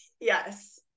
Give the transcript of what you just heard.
yes